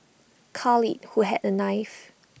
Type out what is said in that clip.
Khalid who had A knife